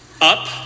Up